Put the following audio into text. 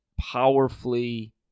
powerfully